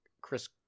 Chris